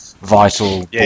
vital